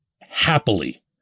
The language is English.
happily